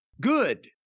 good